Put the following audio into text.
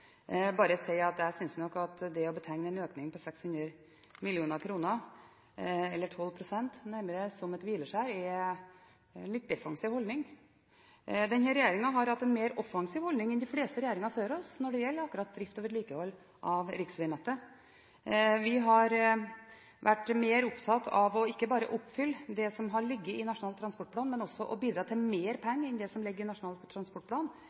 bare si at jeg synes nok at det å betegne en økning på 600 mill. kr – eller 12 pst. – nærmest som et hvileskjær er en litt defensiv holdning. Denne regjeringen har hatt en mer offensiv holdning enn de fleste regjeringer før oss når det gjelder akkurat drift og vedlikehold av riksveinettet. Vi har vært mer opptatt av ikke bare å oppfylle det som har ligget i Nasjonal transportplan, men også å bidra til mer penger enn det som ligger i inneværende Nasjonal transportplan